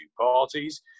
parties